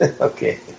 okay